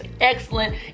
excellent